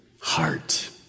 heart